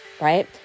right